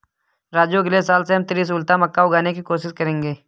राजू अगले साल से हम त्रिशुलता मक्का उगाने की कोशिश करेंगे